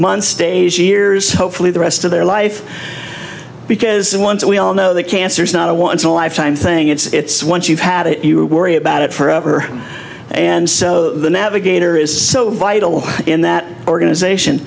months days years hopefully the rest of their life because once we all know that cancer is not a once in a lifetime thing it's once you've had it you worry about it forever and so the navigator is so vital in that organization